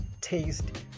taste